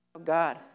God